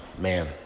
Man